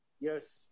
Yes